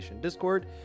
Discord